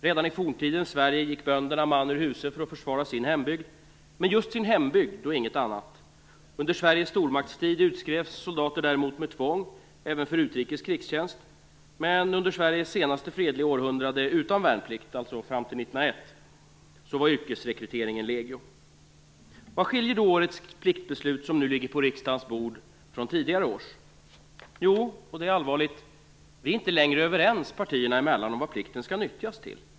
Redan i forntidens Sverige gick bönderna man ur huse för att försvara sin hembygd, men just sin hembygd och inget annat. Under Sveriges stormaktstid utskrevs soldater däremot med tvång, även för utrikes krigstjänst. Men under Sveriges senaste fredliga århundrade utan värnplikt, dvs. fram till år 1901, var yrkesrekryteringarna legio. Vad skiljer då årets pliktbeslut, som nu ligger på riksdagens bord, från tidigare års? Jo, och det är allvarligt, vi är inte längre överens partierna emellan om vad plikten skall nyttjas till.